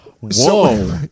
Whoa